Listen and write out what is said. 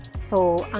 so